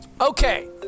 Okay